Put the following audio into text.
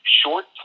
short